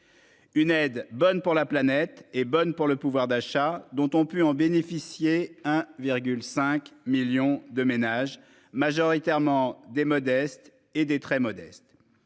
Une aide bonne pour la planète est bonne pour le pouvoir d'achat dont ont pu en bénéficier, 1,5 millions de ménages majoritairement des modestes et des très modestes.